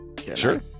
Sure